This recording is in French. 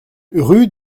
rue